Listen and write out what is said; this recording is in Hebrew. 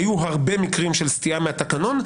והיו הרבה מקרים של סטייה מהתקנון,